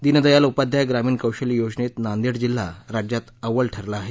दिनदयाल उपाध्याय ग्रामीण कौशल्य योजनेत नांदेड जिल्हा राज्यात अव्वल ठरला आहे